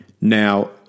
Now